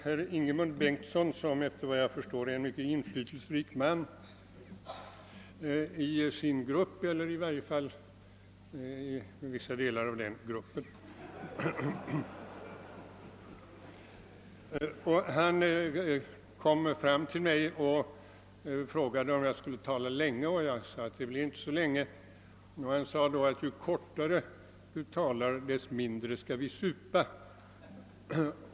Herr Ingemund Bengtsson, som efter vad jag förstår är en mycket inflytelserik man inom sin grupp — eller i varje fall inom vissa delar av den — kom fram till mig och frågade om jag skulle tala länge. Jag svarade nej. Han svarade då: Ju kortare du talar desto mindre skall vi supa.